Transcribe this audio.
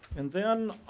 and then